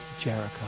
Jericho